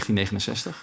1969